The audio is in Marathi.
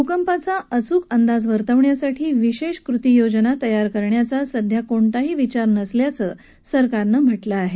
भुकंपाचा अचूक अंदाज वर्तवण्यासाठी विशेष कृती योजना तयार करण्याचा सध्या कुठलाही विचार नसल्याचं सरकारनं म्हटलं आहे